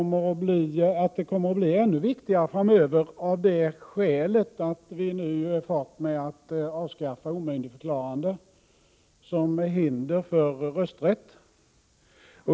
Men jag tror att det kommer att bli ännu viktigare framöver, av det skälet att vi nu är i färd med att avskaffa omyndigförklaring som hinder för rösträtt.